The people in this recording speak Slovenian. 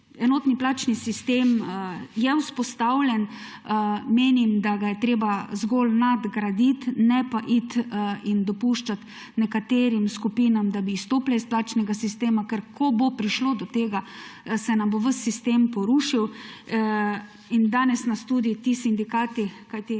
Enotni plačni sistem je vzpostavljen. Menim, da ga je treba zgolj nadgraditi, ne pa dopuščati nekaterim skupinam, da bi izstopile iz plačnega sistema; ker ko bo prišlo do tega, se nam bo ves sistem porušil. In danes so tudi ti sindikati – kajti